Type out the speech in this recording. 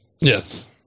Yes